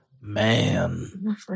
man